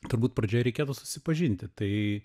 turbūt pradžioje reikėtų susipažinti tai